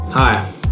Hi